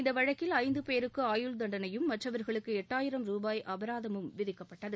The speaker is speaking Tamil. இந்த வழக்கில் ஐந்து பேருக்கு ஆயுள் தண்டனையும் மற்றவர்களுக்கு எட்டாயிரம் ரூபாய் அபராதமும் விதிக்கப்பட்டது